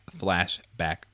Flashback